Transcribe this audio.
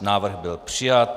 Návrh byl přijat.